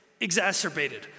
exacerbated